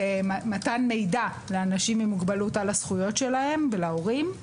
מתן מידע לאנשים עם מוגבלות על הזכויות שלהם ולהורים.